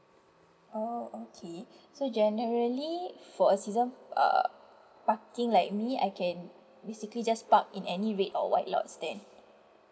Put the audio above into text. oh okay so generally for a season err parking like me I can basically just park in any red or white lots then